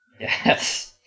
Yes